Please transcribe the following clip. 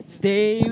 stay